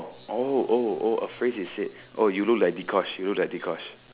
oh oh oh a phrase you said oh you look like Dee-Kosh you look like Dee-Kosh